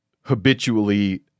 habitually